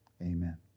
amen